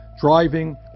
driving